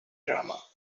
drama